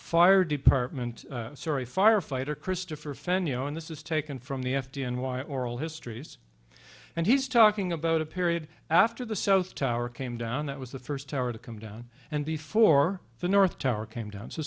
fire department sorry firefighter christopher fenya and this is taken from the f d n y oral histories and he's talking about a period after the south tower came down that was the first tower to come down and before the north tower came down so